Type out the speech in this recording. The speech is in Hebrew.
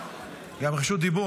גם רשות דיבור,